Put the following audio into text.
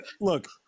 look